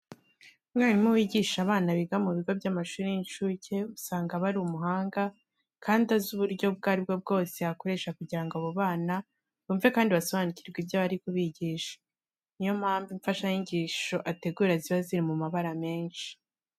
Umwarimu wigisha abana biga mu bigo by'amashuri y'incuke usanga aba ari umuhanga kandi azi uburyo ubwo ari bwo bwose yakoresha kugira ngo aba bana bumve kandi basobanukirwe ibyo ari kubigisha. Ni yo mpamvu imfashanyigisho ategura ziba ziri mu mabara menshi.